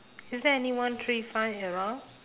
is there any one three five around